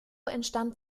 entstand